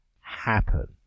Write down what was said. happen